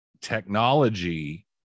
technology